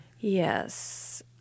Yes